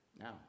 Now